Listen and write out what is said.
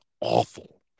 awful